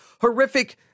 horrific